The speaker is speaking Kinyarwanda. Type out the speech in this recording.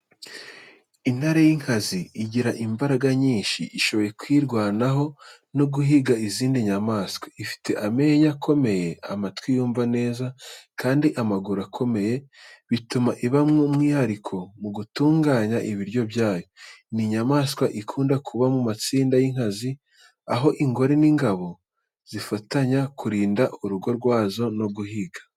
Intare y’inkazi igira imbaraga nyinshi, ishoboye kwirwanaho no guhiga izindi nyamaswa. Ifite amenyo akomeye, amatwi yumva neza kandi amaguru akomeye, bituma iba umwihariko mu gutunganya ibiryo byayo. Ni inyamaswa ikunda kuba mu matsinda y’inkazi, aho ingore n’ingano zifatanya kurinda urugo rwazo no guhiga.